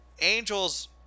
Angels